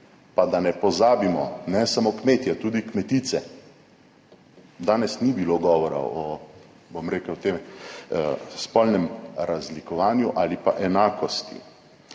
Pa da ne pozabimo, ne samo kmetje, tudi kmetice. Danes ni bilo govora o, bom rekel, o tem spolnem razlikovanju ali pa enakosti.